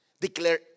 declare